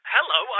Hello